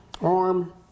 arm